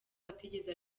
atigeze